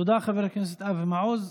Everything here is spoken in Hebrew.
תודה, חבר הכנסת אבי מעוז.